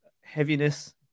heaviness